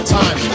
time